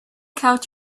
count